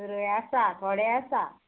सुरय आसा थोडे आसा